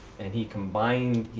and he combined, you